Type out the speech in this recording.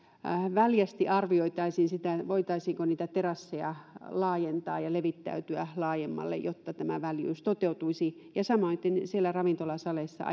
väljästi arvioitaisiin sitä voitaisiinko niitä terasseja laajentaa ja levittäytyä laajemmalle jotta tämä väljyys toteutuisi samoiten siellä ravintolasaleissa